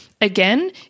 Again